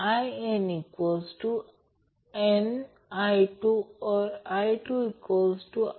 हे दोन capacitor 6 microfarad आणि 12 मायक्रोफॅरड्स सीरिजमध्ये आहेत